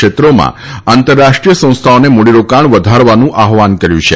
ક્ષેત્રોમાં આંતરરાષ્ટ્રીય સંસ્થાઓને મૂડીરોકાણ વધારવાનું આહવાન કર્યું છે